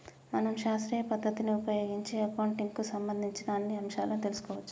మనం శాస్త్రీయ పద్ధతిని ఉపయోగించి అకౌంటింగ్ కు సంబంధించిన అన్ని అంశాలను తెలుసుకోవచ్చు